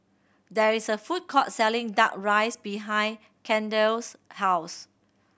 there is a food court selling Duck Rice behind Kendell's house